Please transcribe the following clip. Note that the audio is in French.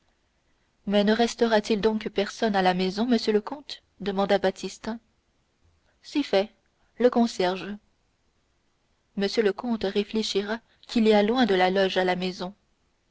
mais ne restera-t-il donc personne à la maison monsieur le comte demanda baptistin si fait le concierge monsieur le comte réfléchira qu'il y a loin de la loge à la maison